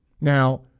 Now